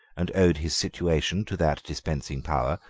and owed his situation to that dispensing power,